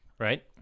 Right